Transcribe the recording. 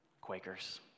Quakers